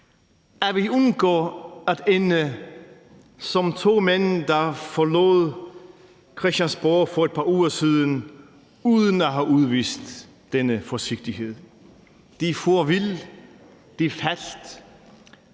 at vi undgår at ende som to mænd, der forlod Christiansborg for et par uger siden, uden at have udvist denne forsigtighed. De for vild, de faldt.